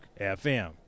FM